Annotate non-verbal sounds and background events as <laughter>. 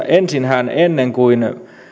<unintelligible> ensin ennen kuin